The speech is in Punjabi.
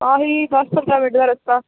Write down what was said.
ਆਹੀ ਬਸ ਪੰਦਰ੍ਹਾਂ ਮਿੰਟ ਦਾ ਰਸਤਾ